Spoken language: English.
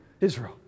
Israel